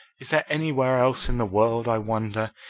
is there anywhere else in the world, i wonder?